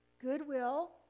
goodwill